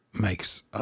makes